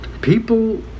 People